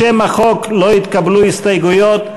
לשם החוק לא התקבלו הסתייגויות.